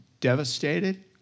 devastated